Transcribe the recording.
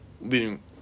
leading